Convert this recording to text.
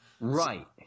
Right